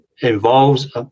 involves